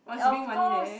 of course